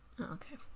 Okay